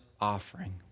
offering